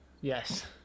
Yes